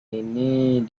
ini